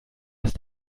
ist